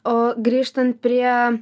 o grįžtan prie